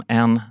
en